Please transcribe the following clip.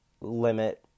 limit